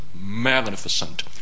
magnificent